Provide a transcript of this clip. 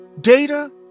Data